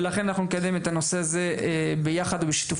ולכן אנחנו נקדם את הנושא הה ביחד ובשיתוף